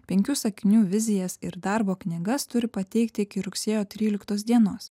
penkių sakinių vizijas ir darbo knygas turi pateikti iki rugsėjo tryliktos dienos